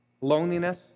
loneliness